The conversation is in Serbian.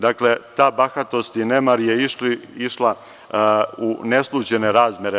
Dakle, ta bahatost i nemar je išla u neslućene razmere.